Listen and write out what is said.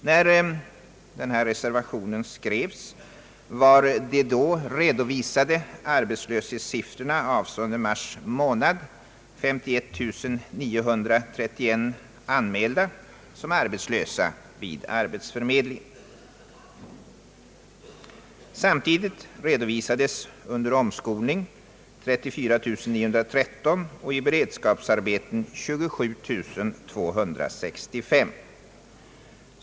När reservationen skrevs var 51 931 anmälda som arbetslösa vid arbetsförmedlingen enligt redovisade arbetslöshetssiffror avseende mars månad. Samtidigt redovisades 34 913 under omskolning och 27265 i beredskapsarbeten.